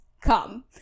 come